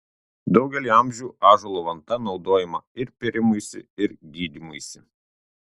daugelį amžių ąžuolo vanta naudojama ir pėrimuisi ir gydymuisi